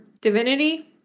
Divinity